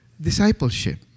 Discipleship